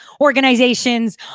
organizations